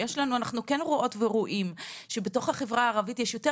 אנחנו כן רואות ורואים שבתוך החברה הערבית יש יותר